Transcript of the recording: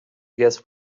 guess